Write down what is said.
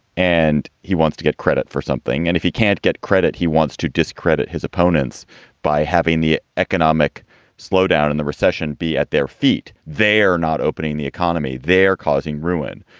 and he wants to get credit for something. and if he can't get credit, he wants to discredit his opponents by having the economic slowdown and the recession be at their feet. they're not opening the economy. they're causing ruin.